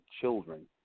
children